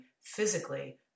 physically